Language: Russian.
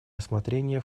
рассмотрения